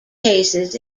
cases